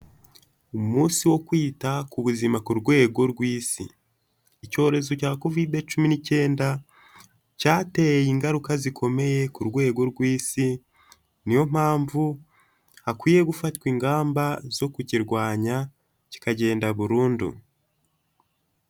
Umunsi wo kwita ku buzima ku rwego rw'Isi. Icyorezo cya Covide cumi n'icyenda cyateye ingaruka zikomeye ku rwego rw'Isi, ni yo mpamvu hakwiye gufatwa ingamba zo kukirwanya, kikagenda burundu.